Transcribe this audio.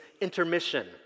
intermission